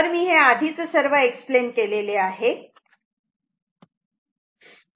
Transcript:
तर मी आधीच हे सर्व एक्सप्लेन केलेले आहे